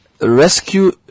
Rescue